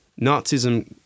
Nazism